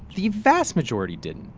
the vast majority didn't.